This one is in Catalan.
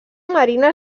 marina